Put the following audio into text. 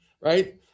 right